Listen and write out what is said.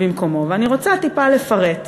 ואני רוצה טיפה לפרט.